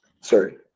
sorry